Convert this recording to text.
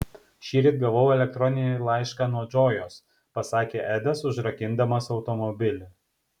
šįryt gavau elektroninį laišką nuo džojos pasakė edas užrakindamas automobilį